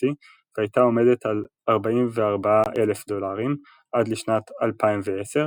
בחצי והייתה עומדת על 44,000 דולרים עד לשנת 2010,